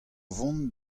vont